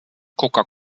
coca